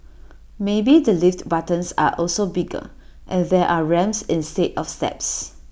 maybe the lift buttons are also bigger and there are ramps instead of steps